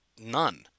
None